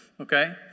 okay